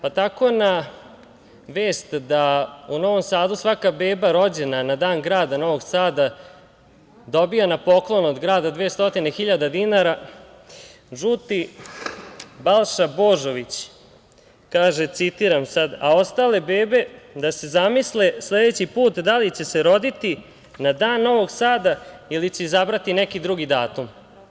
Pa tako na vest da u Novom Sadu svaka beba rođena na Dan grada Novog Sada dobija na poklon od grada 200.000 dinara žuti Balša Božović kaže, citiram sad: „A ostale bebe da se zamisle sledeći put da li će se roditi na Dan Novog Sada ili će izabrati neki drugi datum“